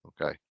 okay